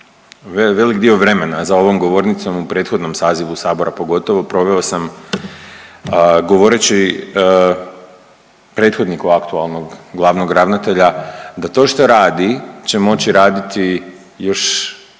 velik dio vremena za ovom govornicom u prethodnom sazivu sabora pogotovo proveo sam govoreći prethodniku aktualnog glavnog ravnatelja da to što radi će moći raditi još